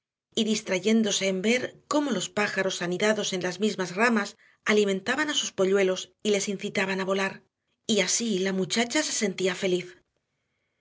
y distrayéndose en ver cómo los pájaros anidados en las mismas ramas alimentaban a sus polluelos y les incitaban a volar y así la muchacha se sentía feliz